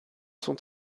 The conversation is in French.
sont